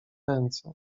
ręce